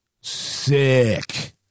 sick